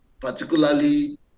particularly